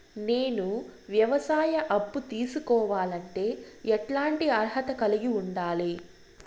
నేను వ్యవసాయ అప్పు తీసుకోవాలంటే ఎట్లాంటి అర్హత కలిగి ఉండాలి?